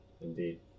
Indeed